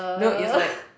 no it's like